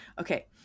okay